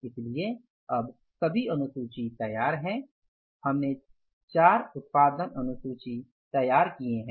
इसलिए अब सभी अनुसूची तैयार हैं हमने चार उत्पादन अनुसूची तैयार किए हैं